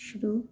शुरू